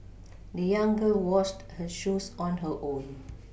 the young girl washed her shoes on her own